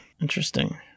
Interesting